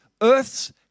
earth's